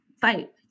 fight